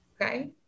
Okay